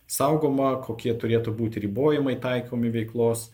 saugoma kokie turėtų būti ribojimai taikomi veiklos